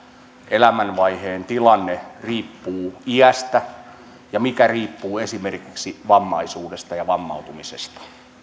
elämänvaiheen tilanne riippuu iästä ja mikä riippuu esimerkiksi vammaisuudesta ja vammautumisesta